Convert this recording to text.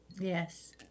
Yes